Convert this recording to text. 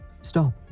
stop